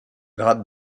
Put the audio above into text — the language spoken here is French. grade